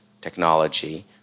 technology